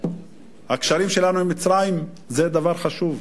והקשרים שלנו עם מצרים זה דבר חשוב.